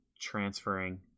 transferring